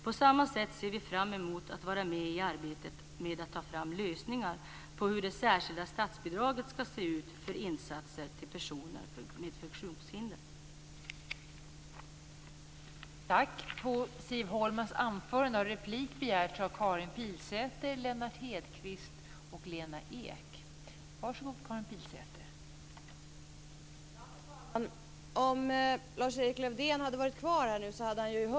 På samma sätt ser vi fram emot att vara med i arbetet med att ta fram lösningar på hur det särskilda statsbidraget för insatser till personer med funktionshinder skall se ut.